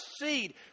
seed